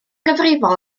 gyfrifol